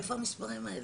מאיפה המספרים האלה?